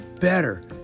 better